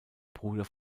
bruder